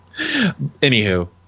anywho